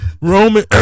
Roman